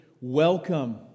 welcome